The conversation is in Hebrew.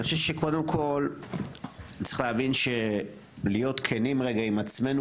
אני חושב שקודם כול צריך להבין ולהיות כנים רגע עם עצמנו